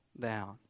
down